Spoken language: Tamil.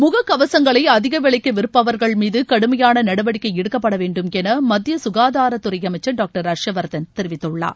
முக கவசங்களை அதிக விலைக்கு விற்பவர்கள் மீது கடுமையான நடவடிக்கை எடுக்கப்படவேண்டும் என மத்திய சுகாதாரத்துறை அமைச்சர் டாக்டர் ஹர்ஷ்வர்தன் தெரிவித்துள்ளார்